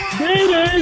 baby